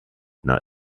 not